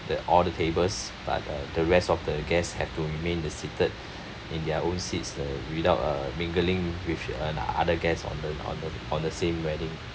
the all the tables but uh the rest of the guests have to remain the seated in their own seats uh without uh mingling with uh other guests on the on the on the same wedding